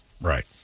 Right